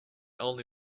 only